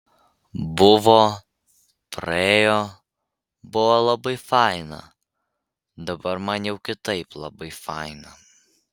buvo praėjo buvo labai faina dabar man jau kitaip labai faina